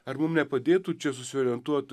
ar mum nepadėtų čia susiorientuot